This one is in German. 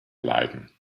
bleiben